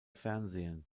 fernsehen